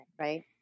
right